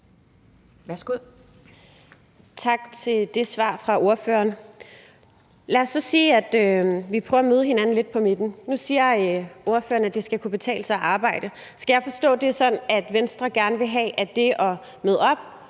(EL): Tak for det svar fra ordføreren. Lad os så sige, at vi prøver at møde hinanden lidt på midten. Nu siger ordføreren, at det skal kunne betale sig at arbejde. Skal jeg forstå det sådan, at Venstre gerne vil have, at det at møde op